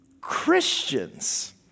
Christians